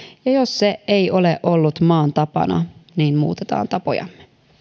jos se ei ole ollut maan tapana niin muutetaan tapojamme